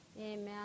amen